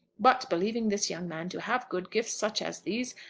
but believing this young man to have good gifts such as these,